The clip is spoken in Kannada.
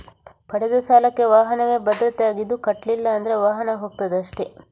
ಪಡೆದ ಸಾಲಕ್ಕೆ ವಾಹನವೇ ಭದ್ರತೆ ಆಗಿದ್ದು ಕಟ್ಲಿಲ್ಲ ಅಂದ್ರೆ ವಾಹನ ಹೋಗ್ತದೆ ಅಷ್ಟೇ